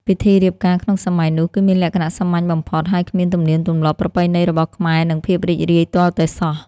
ពិធីរៀបការក្នុងសម័យនោះគឺមានលក្ខណៈសាមញ្ញបំផុត ហើយគ្មានទំនៀមទម្លាប់ប្រពៃណីរបស់ខ្មែរនិងភាពរីករាយទាល់តែសោះ។